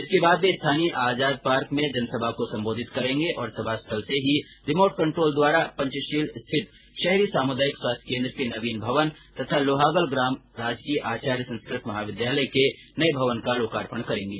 इसके बाद वे स्थानीय आजाद पार्क में जनसभा को संबोधित करेंगें और सभा स्थल से ही रिमोट कंट्रोल द्वारा पंचशील स्थित शहरी सामुदायिक स्वास्थ्य केंद्र के नवीन भवन तथा लोहागल ग्राम में राजकीय आचार्य संस्कृत महाविद्यालय के नए भवन का लोकार्पण करेंगे